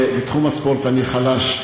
בתחום הספורט אני חלש.